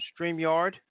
Streamyard